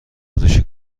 فروشی